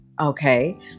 Okay